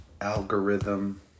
Algorithm